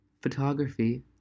photography